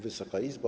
Wysoka Izbo!